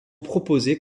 proposées